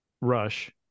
Rush